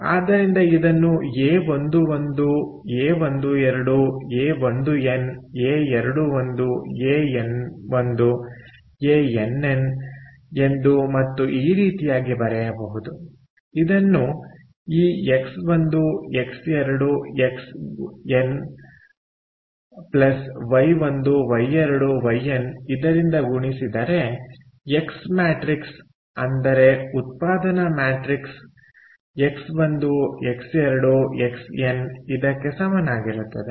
ಆದ್ದರಿಂದ ಇದನ್ನು ಎ11 ಎ12 ಎ1ಎನ್ ಎ21 ಎಎನ್1 ಎಎನ್ಎನ್ ಎಂದು ಮತ್ತು ಈ ರೀತಿಯಾಗಿ ಬರೆಯಬಹುದುಇದನ್ನು ಈ X1 X2 Xn Y1 Y2 Yn ಇದರಿಂದ ಗುಣಿಸಿದರೆ ಎಕ್ಸ್ ಮ್ಯಾಟ್ರಿಕ್ಸ್ ಅಂದರೆ ಉತ್ಪಾದನಾ ಮ್ಯಾಟ್ರಿಕ್ಸ್ ಎಕ್ಸ್1 ಎಕ್ಸ್2 ಎಕ್ಸ್ಎನ್ ಇದಕ್ಕೆ ಸಮನಾಗಿರುತ್ತದೆ